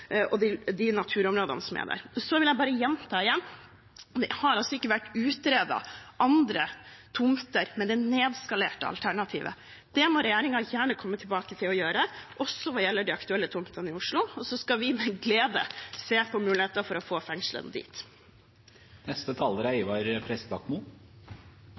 naturområdene som er der. Jeg vil bare gjenta at det ikke har vært utredet andre tomter med det nedskalerte alternativet. Det må regjeringen gjerne komme tilbake til og gjøre, også hva gjelder de aktuelle tomtene i Oslo, så skal vi med glede se på muligheter for å få fengselet dit. Jeg vil bare gjenta det som har blitt sagt av flere: Det er